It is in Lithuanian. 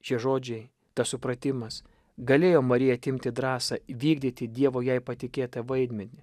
šie žodžiai tas supratimas galėjo marijai atimti drąsą vykdyti dievo jai patikėtą vaidmenį